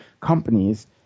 companies